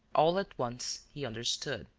all at once, he understood.